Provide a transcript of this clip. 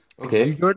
Okay